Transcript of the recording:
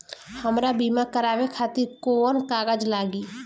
हमरा बीमा करावे खातिर कोवन कागज लागी?